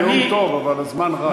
זה נאום טוב אבל הזמן רץ.